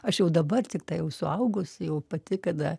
aš jau dabar tiktai jau suaugus jau pati kada